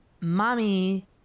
mommy